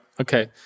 Okay